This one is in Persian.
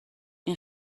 این